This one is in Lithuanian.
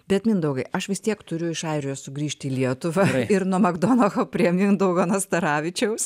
bet mindaugai aš vis tiek turiu iš airijos sugrįžti į lietuvą ir nuo makdonacho prie mindaugo nastaravičiaus